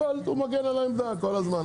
אבל הוא מגן על העמדה כל הזמן.